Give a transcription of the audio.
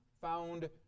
found